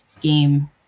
game